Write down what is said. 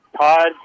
Todd